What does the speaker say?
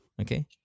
Okay